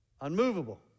Unmovable